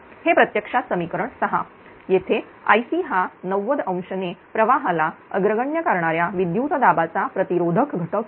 हे प्रत्यक्षात समीकरण 6 येथे Ic हा 90° ने प्रवाहाला अग्रगण्य करणाऱ्या विद्युत दाबाचा प्रतिरोधक घटक आहे